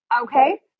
Okay